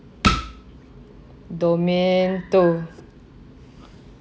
domain two